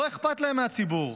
לא אכפת להם מהציבור.